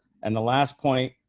and the last point.